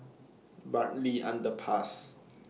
Bartley Underpass